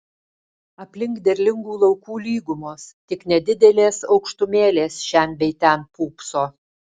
aplink derlingų laukų lygumos tik nedidelės aukštumėlės šen bei ten pūpso